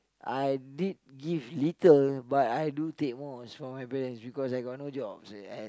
I did give little but I do take most from my parents because I got no jobs